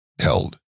held